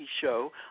show